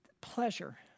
pleasure